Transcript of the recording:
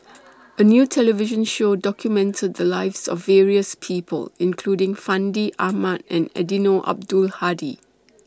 A New television Show documented The Lives of various People including Fandi Ahmad and Eddino Abdul Hadi